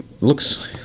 looks